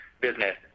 business